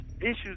issues